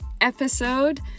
episode